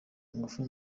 ingufu